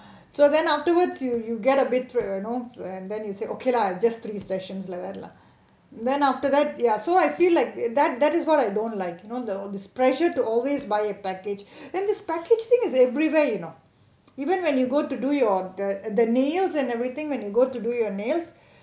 so then afterwards you you get a bit through you know and then you say okay lah just three session like that lah then after that ya so I feel like that that is what I don't like you know the the pressure to always buy a package then this package thing is everywhere you know even when you go to do your the the nails and everything when you go to do your nails